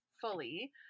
fully